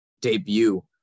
debut